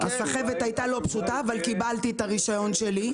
הסחבת הייתה לא פשוטה, אבל קיבלתי את הרישיון שלי.